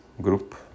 group